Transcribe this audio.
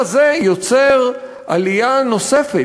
כלומר בבלטות, והדבר הזה יוצר עלייה נוספת,